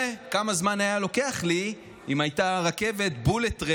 וכמה זמן היה לוקח לי אם הייתה bullet train,